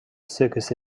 circus